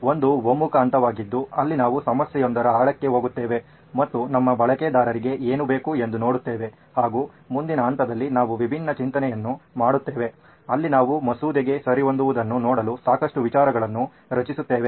ಒಂದು ಒಮ್ಮುಖ ಹಂತವಾಗಿದ್ದು ಅಲ್ಲಿ ನಾವು ಸಮಸ್ಯೆಯೊಂದರ ಆಳಕ್ಕೆ ಹೋಗುತ್ತೇವೆ ಮತ್ತು ನಮ್ಮ ಬಳಕೆದಾರರಿಗೆ ಏನು ಬೇಕು ಎಂದು ನೋಡುತ್ತೇವೆ ಹಾಗೂ ಮುಂದಿನ ಹಂತದಲ್ಲಿ ನಾವು ವಿಭಿನ್ನ ಚಿಂತನೆಯನ್ನು ಮಾಡುತ್ತೇವೆ ಅಲ್ಲಿ ನಾವು ಮಸೂದೆಗೆ ಸರಿಹೊಂದುವುದನ್ನು ನೋಡಲು ಸಾಕಷ್ಟು ವಿಚಾರಗಳನ್ನು ರಚಿಸುತ್ತೇವೆ